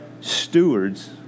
stewards